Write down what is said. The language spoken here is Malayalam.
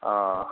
ആ